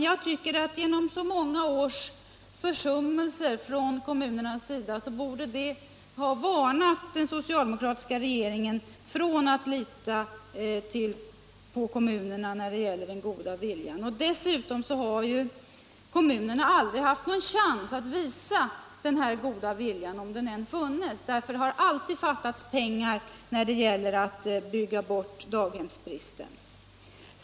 Jag tycker att så många års försummelser från kommunernas sida borde ha varnat den socialdemokratiska regeringen för att lita på kommunerna när det gäller den goda viljan. Dessutom har ju kommunerna aldrig haft någon chans att visa den här goda viljan, om den än funnits, därför att det alltid har fattats pengar när det gällt att bygga bort daghemsbristen.